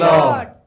Lord